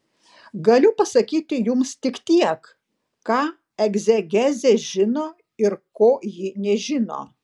galiu pasakyti jums tik tiek ką egzegezė žino ir ko ji nežino